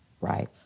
right